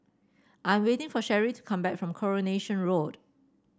I am waiting for Sherree to come back from Coronation Road